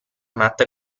matta